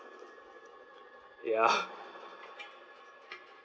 ya